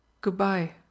Good-bye